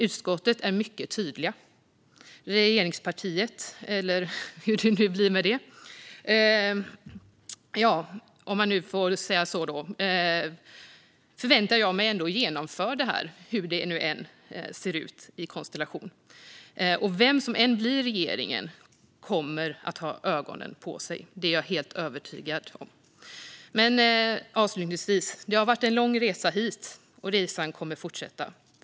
Utskottet är mycket tydligt. Jag förväntar mig att regeringspartiet - eller hur det nu blir med det - genomför detta, oavsett hur konstellationen kommer att se ut. Och vem som än kommer att sitta i regeringen kommer att ha ögonen på sig. Det är jag helt övertygad om. Avslutningsvis vill jag säga att det har varit en lång resa hit, och resan kommer att fortsätta.